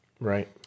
Right